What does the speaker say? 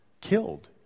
killed